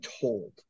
told